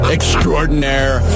Extraordinaire